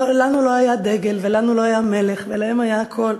לנו לא היה דגל ולנו לא היה מלך ולהם היה הכול.